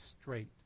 straight